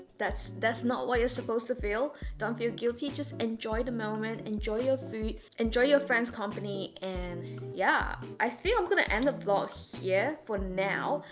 that's that's not what you're supposed to feel. don't feel guilty. just enjoy the moment. enjoy your food. enjoy your friends company. and yeah. i think i'm gonna end the vlog here for now.